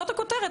זאת הכותרת.